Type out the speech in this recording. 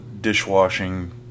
dishwashing